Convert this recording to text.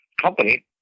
company